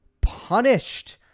punished